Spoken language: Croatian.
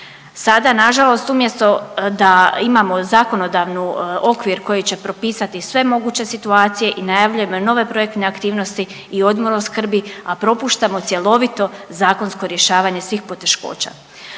Sada na žalost umjesto da imamo zakonodavni okvir koji će propisati sve moguće situacije i najavljujemo i nove projektne aktivnosti i odmor od skrbi, a propuštamo cjelovito zakonsko rješavanje svih poteškoća.